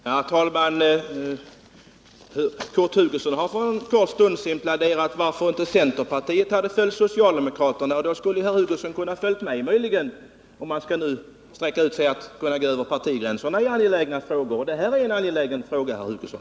Herr talman! Kurt Hugosson har för en kort stund sedan talat om varför centerpartiet inte följde socialdemokraterna. Då skulle Kurt Hugosson möjligen ha kunnat följa mig, om man nu skall sträcka sig så långt att man går över partigränserna i angelägna frågor. Det här är en angelägen fråga, herr Hugosson.